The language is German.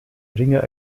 ringer